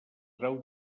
grau